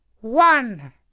one